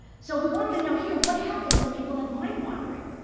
so we wanted to know here, what happens when people have mind wandering?